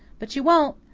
but you won't.